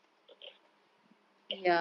so sad ya